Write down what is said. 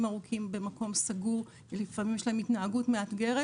ארוכים במקום סגור ולפעמים יש להם התנהגות מאתגרת